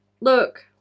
Look